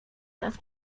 nas